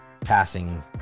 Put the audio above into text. passing